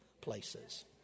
places